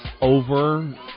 over